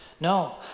No